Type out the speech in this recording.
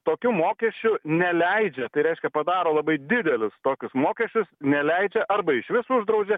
tokiu mokesčiu neleidžia tai reiškia padaro labai didelius tokius mokesčius neleidžia arba išvis uždraudžia